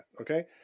Okay